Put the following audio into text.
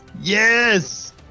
Yes